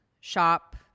shop